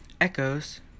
echoes